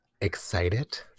excited